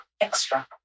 extra